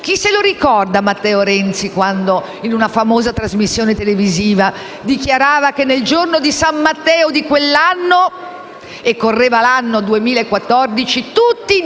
Chi ricorda Matteo Renzi quando, in una famosa trasmissione televisiva, dichiarava che nel giorno di San Matteo di quell'anno - correva l'anno 2014 - tutti i debiti